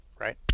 Right